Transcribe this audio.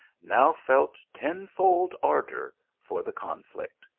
now felt ten-fold ardour for the conflict.